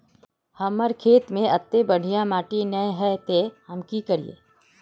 हमर खेत में अत्ते बढ़िया माटी ने है ते हम की करिए?